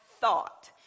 thought